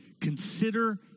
Consider